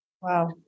Wow